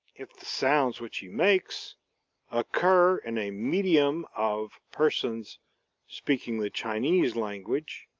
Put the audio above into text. if the sounds which he makes occur in a medium of persons speaking the chinese language,